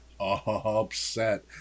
upset